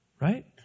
Right